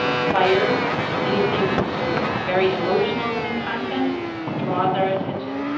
fires, anything sort of very emotional in content draws our attention.